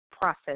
process